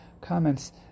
comments